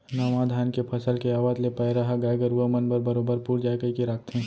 नावा धान के फसल के आवत ले पैरा ह गाय गरूवा मन बर बरोबर पुर जाय कइके राखथें